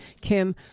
Kim